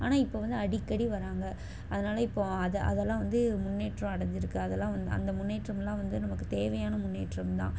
ஆனால் இப்போ வந்து அடிக்கடி வராங்க அதனால் இப்போது அதை அதெல்லாம் வந்து முன்னேற்றம் அடைஞ்சிருக்கு அதெல்லாம் வந்து அந்த முன்னேற்றமெல்லாம் வந்து நமக்கு தேவையான முன்னேற்றம் தான்